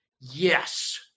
Yes